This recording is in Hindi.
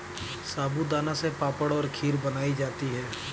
साबूदाना से पापड़ और खीर बनाई जाती है